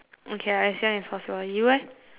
okay lah as young as possible you leh